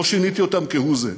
לא שיניתי אותם כהוא זה,